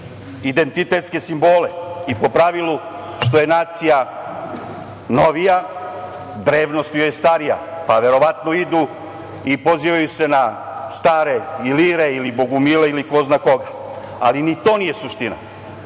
identitetske simbole. Po pravilu, što je nacija novija, drevnost joj je starija, pa verovatno idu i pozivaju se na stare Ilire ili Bogumile, ili ko zna koga, ali ni to nije suština. Suština